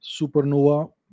supernova